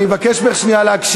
אני רוצה לומר לך,